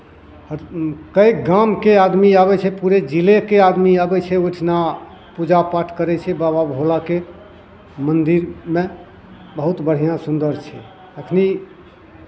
हर कएक गामके आदमी आबै छै पूरे जिलेके आदमी आबै छै ओहिठिना पूजापाठ करै छै बाबा भोलाके मन्दिरमे बहुत बढ़िआँ सुन्दर छै एखन